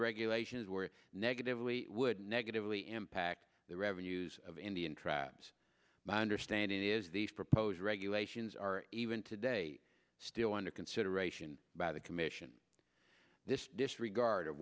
regulations were negatively would negatively impact the revenues of indian tribes my understanding is these proposed regulations are even today still under consideration by the commission this disregard